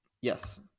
Yes